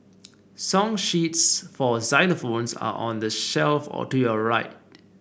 song sheets for xylophones are on the shelf all to your right